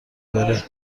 بره